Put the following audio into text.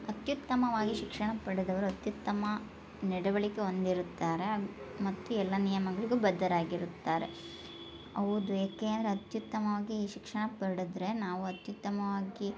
ಅತ್ಯುತ್ತಮವಾಗಿ ಶಿಕ್ಷಣ ಪಡೆದವರು ಅತ್ಯುತ್ತಮ ನಡವಳಿಕೆ ಹೊಂದಿರುತ್ತಾರೆ ಮತ್ತು ಎಲ್ಲ ನಿಯಮಗಳಿಗು ಬದ್ಧರಾಗಿರುತ್ತಾರೆ ಹೌದು ಏಕೆಂದರೆ ಅತ್ಯುತ್ತಮವಾಗಿ ಶಿಕ್ಷಣ ಪಡದರೆ ನಾವು ಅತ್ಯುತ್ತಮವಾಗಿ